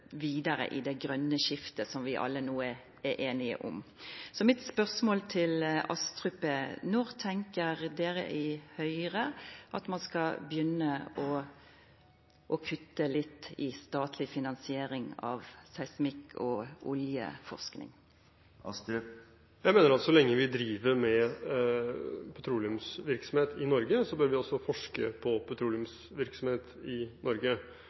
vidare i det grøne skiftet som vi alle no er einige om. Så mitt spørsmål til Astrup er: Når tenkjer de i Høgre at ein skal begynna å kutta litt i statleg finansiering av seismikk- og oljeforsking? Jeg mener at så lenge vi driver med petroleumsvirksomhet i Norge, bør vi også forske på petroleumsvirksomhet i